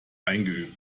eingeübt